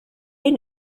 ate